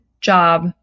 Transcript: job